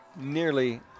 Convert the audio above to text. Nearly